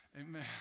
Amen